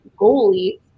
goalie